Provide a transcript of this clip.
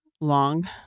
long